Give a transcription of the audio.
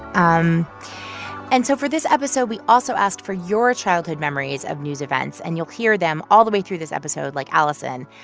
um and so, for this episode, we also asked for your childhood memories of news events, and you'll hear them all the way through this episode, like alison.